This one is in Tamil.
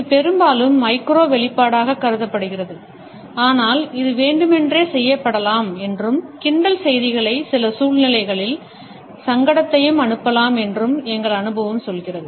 இது பெரும்பாலும் மைக்ரோ வெளிப்பாடாகக் கருதப்படுகிறது ஆனால் இது வேண்டுமென்றே செய்யப்படலாம் என்றும் கிண்டல் செய்திகளையும் சில சூழ்நிலைகளில் சங்கடத்தையும் அனுப்பலாம் என்றும் எங்கள் அனுபவம் சொல்கிறது